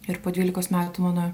ir po dvylikos metų mano